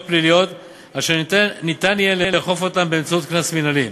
פליליות אשר ניתן יהיה לאכוף אותן באמצעות קנס מינהלי.